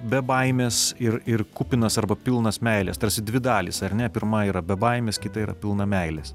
be baimės ir ir kupinas arba pilnas meilės tarsi dvi dalys ar ne pirma yra be baimės kita yra pilna meilės